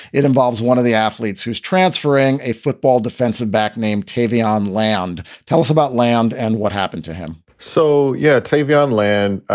it involves one of the athletes who's transferring a football defensive back named tavian land. tell us about land and what happened to him so, yeah, tavian land,